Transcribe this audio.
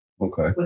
Okay